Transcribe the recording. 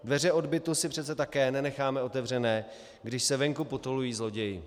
Dveře od bytu si přece také nenecháme otevřené, když se venku potulují zloději.